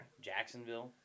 Jacksonville